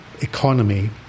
economy